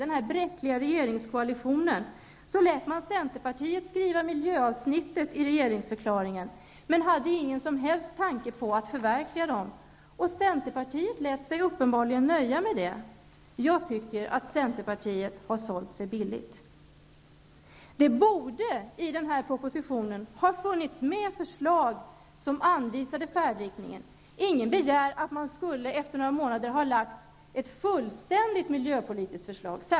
För att få ihop den bräckliga regeringskoalitionen lät man centern skriva miljöavsnittet i regeringsförklaringen, men man hade ingen som helst tanke på att förverkliga detta. Centern lät sig uppenbarligen nöja med det. Jag tycker att centern har sålt sig billigt. I propositionen borde det ha ingått förslag med anvisningar om färdriktningen. Ingen begär att man efter några månader skulle kunna lägga fram ett fullständigt miljöpolitiskt förslag.